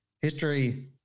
history